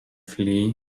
flee